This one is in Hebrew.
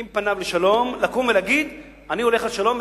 אם פניו לשלום, לקום ולהגיד: אני הולך לשלום.